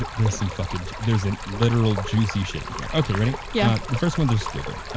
there's some fucking, there's a literal, juicy shit in here, okay, ready? yeah. the first ones are stupid.